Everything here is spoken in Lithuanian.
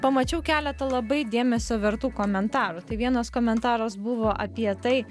pamačiau keletą labai dėmesio vertų komentarų tai vienas komentaras buvo apie tai